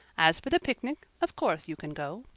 as for the picnic, of course you can go.